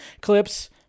clips